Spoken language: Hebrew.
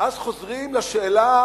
ואז חוזרים לשאלה